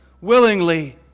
willingly